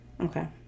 Okay